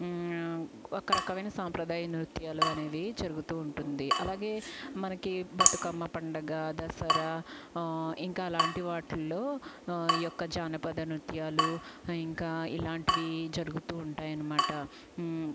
ఒక రకమైన సాంప్రదాయ నృత్యాలు అనేవి జరుగుతూ ఉంటుంది అలాగే మనకి బతుకమ్మ పండుగ దసరా ఇంకా అలాంటి వాటిల్లో ఈ యొక్క జానపద నృత్యాలు ఇంకా ఇలాంటివి జరుగుతూ ఉంటాయన్నమాట